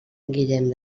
guillem